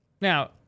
Now